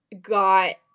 got